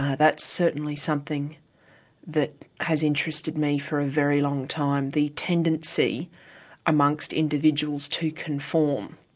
that's certainly something that has interested me for a very long time, the tendency amongst individuals to conform.